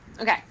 Okay